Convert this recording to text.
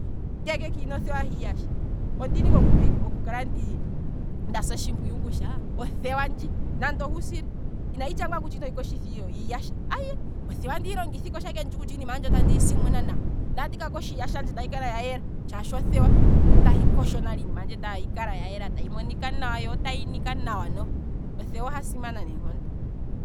Ngeenge kiina othewa hiiyasha, ondina ike okusa otshimpuyu kutya, othewa ndji nande ohuusila inahi tshangwa kutya inohi koshitha iiyasha, aye, othewa andihi longitha ike, shampa ike nditshi kutya iinima yandje andiyi simuna nawa, ndele tandi ka kosha iiyasha yandje ndele tayi kala ya yela, shaashi othewa otahi kosho nale iinima yandje ndele tayi kala ya yela, yo otayi monika nawa yo otayi nika nawa noho, othewa oha simana neenkondo.